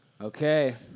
okay